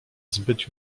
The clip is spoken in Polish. zbyt